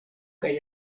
kaj